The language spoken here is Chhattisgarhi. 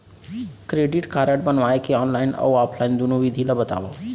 क्रेडिट कारड बनवाए के ऑनलाइन अऊ ऑफलाइन दुनो विधि ला बतावव?